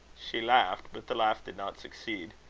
she laughed but the laugh did not succeed.